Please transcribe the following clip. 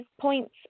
points